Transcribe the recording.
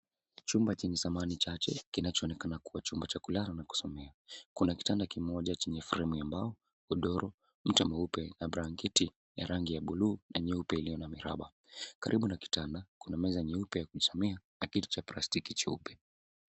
Chumba chenye samani chache kinachoonekana kuwa chumba cha kulala na kusomea. Kuna kitanda kimoja chenye fremu ya mbao, godoro, mto mweupe na blanketi ya rangi ya buluu na nyeupe iliyo na miraba. Karibu na kitanda kuna meza nyeupe na kiti cha plastiki cheupe.